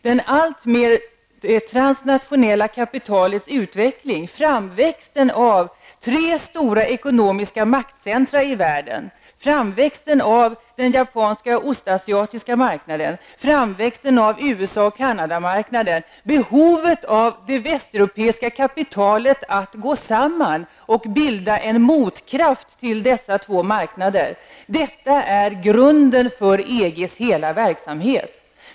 Det allt mer transnationella kapitalets utveckling, framväxten av tre stora ekonomiska maktcentra i världen, framväxten av den japanska och ostasiatiska marknaden, framväxten av USA och Kanadamarknaden, behovet av att det västeuropeiska kapitalet går samman för att bilda en motkraft till dessa marknader -- detta är grunden för EGs hela verksamhet.